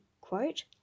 quote